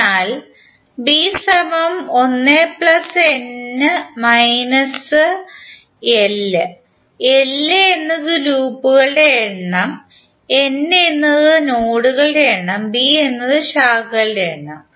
അതിനാൽ bln 1 l എന്നത് ലൂപ്പുകളുടെ എണ്ണം n എന്നത് നോഡുകളുടെ എണ്ണം b എന്നത് ശാഖകളുടെ എണ്ണം